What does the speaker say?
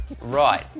Right